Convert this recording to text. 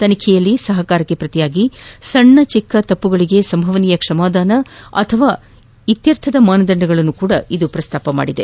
ತನಿಖೆಯಲ್ಲಿ ಸಹಕಾರಕ್ಕೆ ಪ್ರತಿಯಾಗಿ ಸಣ್ಣ ತಪ್ಪುಗಳಿಗೆ ಸಂಭವನೀಯ ಕ್ಷಮಾದಾನ ಅಥವಾ ಇತ್ಯರ್ಥದ ಮಾನದಂಡಗಳನ್ನು ಸಹ ಇದು ಪ್ರಸ್ತಾಪಿಸುತ್ತದೆ